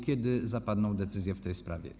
Kiedy zapadną decyzje w tej sprawie?